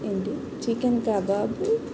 ఏంటి chicken kebab